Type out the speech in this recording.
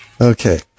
Okay